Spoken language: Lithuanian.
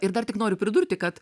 ir dar tik noriu pridurti kad